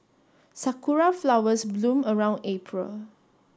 sakura flowers bloom around April